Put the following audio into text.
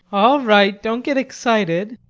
all right, don't get excited